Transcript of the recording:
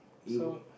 so